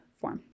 form